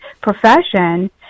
profession